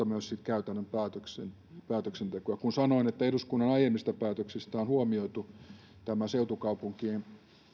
myös käytännön päätöksentekoa kun sanoin että eduskunnan aiemmista päätöksistä on huomioitu tämä seutukaupunkien